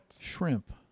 Shrimp